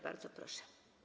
Bardzo proszę.